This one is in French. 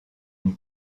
une